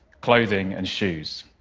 clothing and shoes.